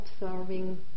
observing